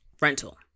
rental